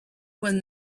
when